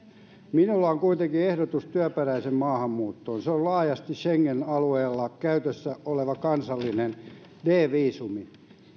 minulla on kuitenkin ehdotus työperäiseen maahanmuuttoon se on laajasti schengen alueella käytössä oleva kansallinen d viisumi